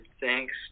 thanks